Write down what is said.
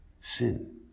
sin